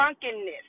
drunkenness